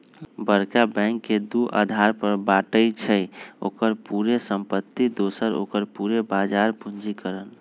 बरका बैंक के दू अधार पर बाटइ छइ, ओकर पूरे संपत्ति दोसर ओकर पूरे बजार पूंजीकरण